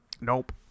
Nope